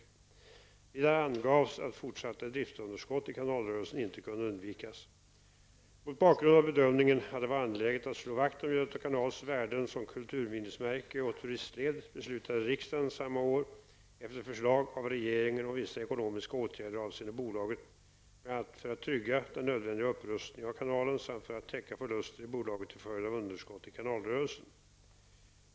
Vidare angavs att fortsatta driftsunderskott i kanalrörelsen inte kunde undvikas. samma år efter förslag av regeringen om vissa ekonomiska åtgärder avseende bolaget bl.a. för att trygga den nödvändiga upprustningen av kanalen samt för att täcka förluster i bolaget till följd av underskott i kanalrörelsen.